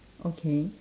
okay